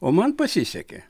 o man pasisekė